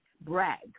brag